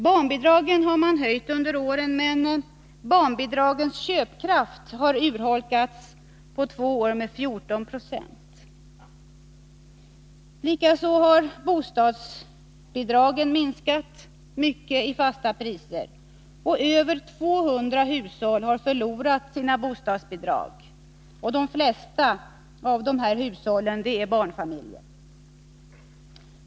Barnbidragen har man höjt under åren, men barnbidragens köpkraft har på två år urholkats med 14 96. Likaså har bostadsbidragen minskat i fasta värden. Över 200 000 hushåll har förlorat sina bostadsbidrag. De flesta av dessa hushåll är barnfamiljer.